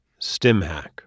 StimHack